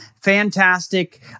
fantastic